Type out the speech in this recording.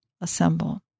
assemble